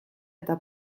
eta